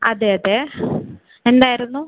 അതെ അതെ എന്തായിരുന്നു